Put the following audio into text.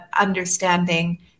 understanding